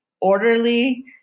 orderly